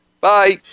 Bye